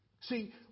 See